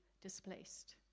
displaced